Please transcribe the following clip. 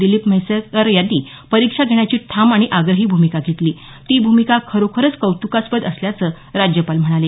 दिलीप म्हैसेकर यांनी परीक्षा घेण्याची ठाम आणि आग्रही भूमिका घेतली ती भूमिका खरोखरच कौतुकास्पद असल्याचं राज्यपाल म्हणाले